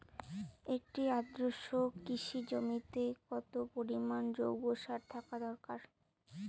একটি আদর্শ কৃষি জমিতে কত পরিমাণ জৈব সার থাকা দরকার?